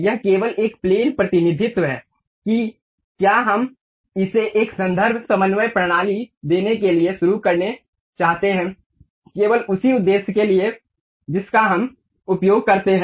यह केवल एक प्लेन प्रतिनिधित्व है कि क्या हम इसे एक संदर्भ समन्वय प्रणाली देने के लिए शुरू करना चाहते हैं केवल उसी उद्देश्य के लिए जिसका हम उपयोग करते हैं